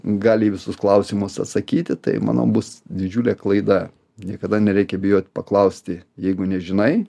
gali į visus klausimus atsakyti tai manau bus didžiulė klaida niekada nereikia bijot paklausti jeigu nežinai